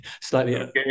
slightly